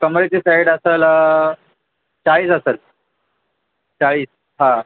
कमरेची side असेल चाळीस असेल चाळीस हां